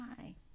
Hi